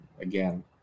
again